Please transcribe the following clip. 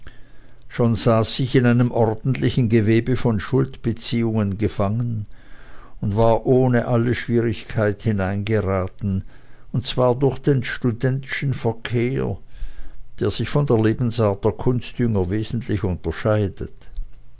schon saß ich in einem ordentlichen gewebe von schuldbeziehungen gefangen und war ohne alle schwierigkeit hineingeraten und zwar durch den studentischen verkehr der sich von der lebensart der kunstjünger wesentlich unterscheidet